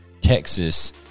Texas